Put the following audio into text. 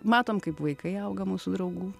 matom kaip vaikai auga mūsų draugų